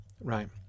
right